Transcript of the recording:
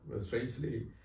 strangely